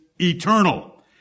eternal